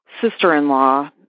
sister-in-law